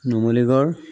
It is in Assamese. নুমলিগড়